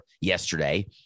yesterday